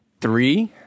three